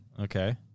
Okay